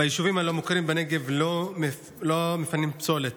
ביישובים הלא-מוכרים בנגב לא מפנים פסולת.